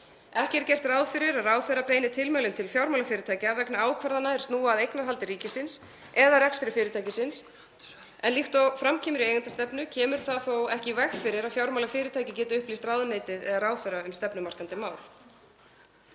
Ekki er gert ráð fyrir að ráðherra beini tilmælum til fjármálafyrirtækja vegna ákvarðana er snúa að eignarhaldi ríkisins eða rekstri fyrirtækisins en líkt og fram kemur í eigendastefnu kemur það þó ekki í veg fyrir að fjármálafyrirtæki geti upplýst ráðuneytið eða ráðherra um stefnumarkandi mál.